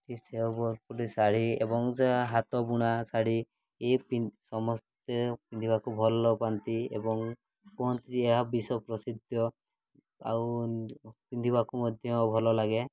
କି ସେ ଗୋଟେ ଶାଢ଼ୀ ଏବଂ ଯାହା ହାତ ବୁଣା ଶାଢ଼ୀ ଇଏ ସମସ୍ତେ ପିନ୍ଧିବାକୁ ଭଲପାଆନ୍ତି ଏବଂ କୁହନ୍ତି ଯେ ଏହା ବିଶ୍ଵ ପ୍ରସିଦ୍ଧ ଆଉ ପିନ୍ଧିବାକୁ ମଧ୍ୟ ଭଲ ଲାଗେ